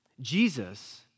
Jesus